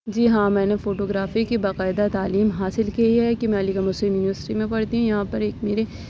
جی ہاں میں نے فوٹو گرافی کی باقاعدہ تعلیم حاصل کی ہے کہ میں علی گڑھ مسلم یونیوسٹی میں پڑھتی ہوں یہاں پر ایک میرے